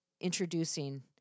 introducing